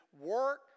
work